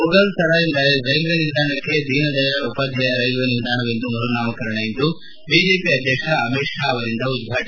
Mughal Sarai railway ನಿಲ್ದಾಣಕ್ಕೆ Deendayal Upadhyaya railway ನಿಲ್ದಾಣವೆಂದು ಮರು ನಾಮಕರಣ ಇಂದು ಬಿಜೆಪಿ ಅಧ್ಯಕ್ಷ ಅಮಿತ್ ಶಾ ಅವರಿಂದ ಉದ್ವಾಟನೆ